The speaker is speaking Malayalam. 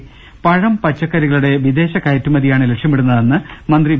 രദേഷ്ടെടു പഴം പച്ചക്കറികളുടെ വിദേശ കയറ്റുമതിയാണ് ലക്ഷ്യമിടുന്നതെന്ന് മന്ത്രി വി